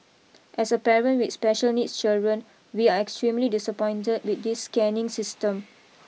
as a parent with special needs children we are extremely disappointed with this scanning system